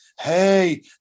hey